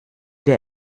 der